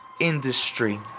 industry